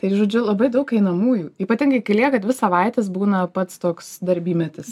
ir žodžiu labai daug einamųjų ypatingai kai lieka dvi savaitės būna pats toks darbymetis